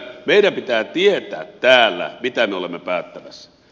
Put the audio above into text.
meidän pitää tietää täällä mitä me olemme päättämässä